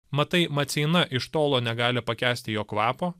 matai maceina iš tolo negali pakęsti jo kvapo